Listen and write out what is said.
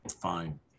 Fine